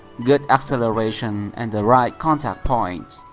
good acceleration, and the right contact point.